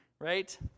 right